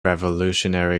revolutionary